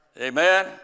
Amen